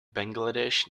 bangladesh